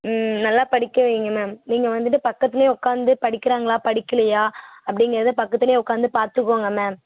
ம் நல்லா படிக்க வையுங்க மேம் நீங்கள் வந்துவிட்டு பக்கத்தில் உக்கார்ந்து படிக்கிறாங்களா படிக்கலியா அப்படிங்கிறத பக்கத்தில் உக்கார்ந்து பார்த்துக்கோங்க மேம்